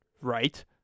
Right